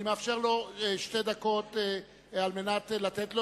אני מאפשר לו לדבר במשך שתי דקות על מנת לתת לו